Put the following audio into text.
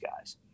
guys